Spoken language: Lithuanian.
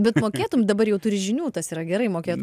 bet mokėtum dabar jau turi žinių tas yra gerai mokėt